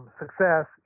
success